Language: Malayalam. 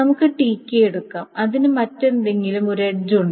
നമുക്ക് Tk എടുക്കാം അതിന് മറ്റെന്തെങ്കിലും ഒരു എഡ്ജ് ഉണ്ട്